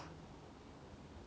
okay err